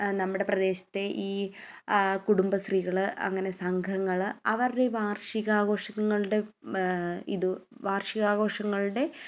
നമ്മുടെ പ്രദേശത്തെ ഈ കുടുംബ ശ്രീകൾ അങ്ങനെ സംഘങ്ങൾ അവർ വർഷികാഘോഷങ്ങളുടെ ഇത് വർഷികാഘോഷങ്ങളുടെ